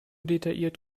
detailliert